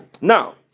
Now